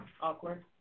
Awkward